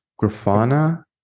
Grafana